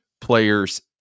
players